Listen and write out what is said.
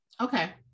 okay